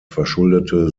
verschuldete